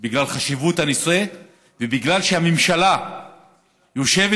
בגלל חשיבות הנושא ובגלל שהממשלה יושבת